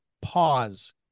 pause